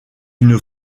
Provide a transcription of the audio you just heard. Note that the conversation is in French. une